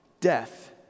death